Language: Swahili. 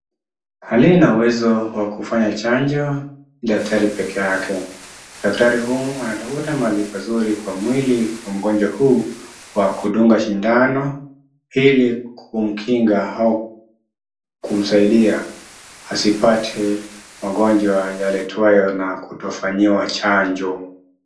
Aliye na uwezo wakufanya chanjo daktari pekee yake, daktari humu anatafuta mahali pazuri kwa mwili wa mgonjwa huyu pa kudunga sindano ili kumkinga au kumsaidia asipate magonjwa yaletwayo na kutofanyiwa chanjo.